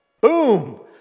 boom